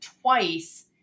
twice